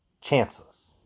chances